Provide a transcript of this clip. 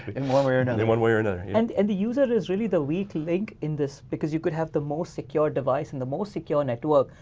in one way or another. in one way or another. and and the user is really the weak link in this because you could have the most secure device and the most secure network.